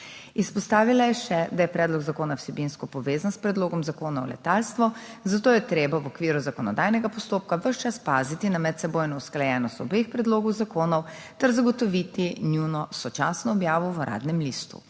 Izpostavila je še, da je predlog zakona vsebinsko povezan s predlogom zakona o letalstvu, zato je treba v okviru zakonodajnega postopka ves čas paziti na medsebojno usklajenost obeh predlogov zakonov ter zagotoviti njuno sočasno objavo v Uradnem listu.